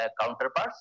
counterparts